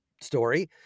story